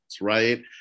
right